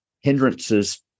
hindrances